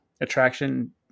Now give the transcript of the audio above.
attraction